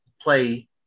play